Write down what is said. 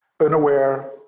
Unaware